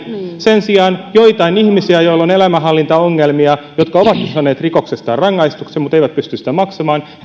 sen sijaan joitain ihmisiä joilla on elämänhallintaongelmia jotka ovat saaneet rikoksestaan rangaistuksen mutta eivät pysty sitä maksamaan